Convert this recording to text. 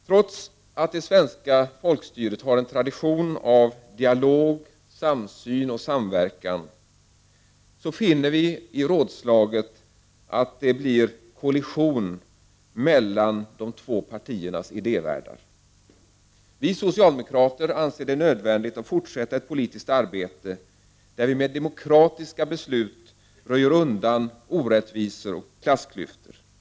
Trots att det svenska folkstyret har en tradition av dialog, samsyn och samverkan, så finner vi i rådslaget att det blir kollision mellan de två partiernas idévärldar. Vi socialdemokrater anser det nödvändigt att fortsätta ett politiskt arbete, där vi med demokratiska beslut röjer undan orättvisor och klassklyftor.